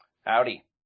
Howdy